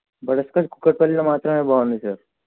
butterscotch కూకట్పల్లిలో మాత్రమే బాగుంది సార్